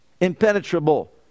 impenetrable